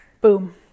Boom